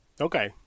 Okay